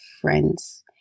friends